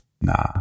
Nah